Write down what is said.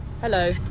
Hello